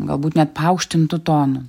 galbūt net paaukštintu tonu